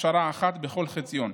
הכשרה אחת בכל חציון.